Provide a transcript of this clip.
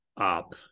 up